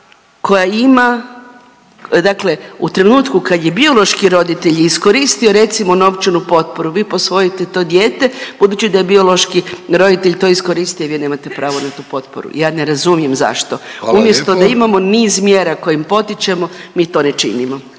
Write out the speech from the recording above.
koja ima dakle u trenutku kad je biološki roditelj iskoristio, recimo, novčanu potporu, vi posvojite to dijete, budući da je biološki roditelj to iskoristio, vi nemate pravo na tu potporu, ja ne razumijem zašto. Umjesto da imamo niz mjera .../Upadica: Hvala lijepo./...